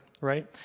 right